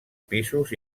pisos